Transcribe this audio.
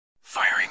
Firing